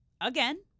Again